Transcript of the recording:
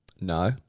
No